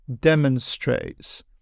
demonstrates